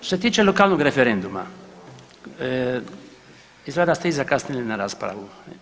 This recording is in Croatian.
Što se tiče lokalnog referenduma izgleda da ste vi zakasnili na raspravu.